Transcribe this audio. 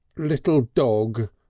little dog!